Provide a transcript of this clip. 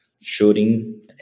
shooting